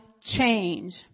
change